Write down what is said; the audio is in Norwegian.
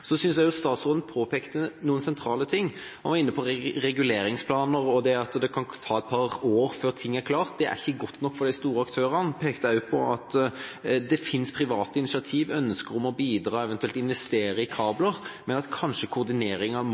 Så synes jeg også at statsråden påpekte noen sentrale ting. Han var inne på reguleringsplaner og det at det kan ta et par år før ting er klart. Det er ikke godt nok for de store aktørene. Han pekte også på at det fins private initiativ og ønsker om å bidra, eventuelt investere i kabler, men at kanskje koordineringa må